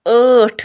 ٲٹھ